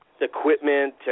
equipment